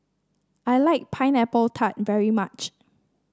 I like Pineapple Tart very much